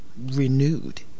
renewed